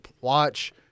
watch